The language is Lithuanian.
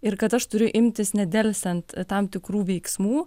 ir kad aš turiu imtis nedelsiant tam tikrų veiksmų